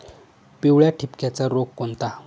पिवळ्या ठिपक्याचा रोग कोणता?